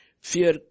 Fear